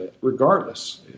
regardless